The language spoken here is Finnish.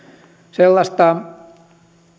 sellaista